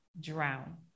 drown